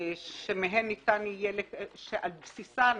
שעל בסיסם